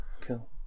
Cool